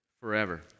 forever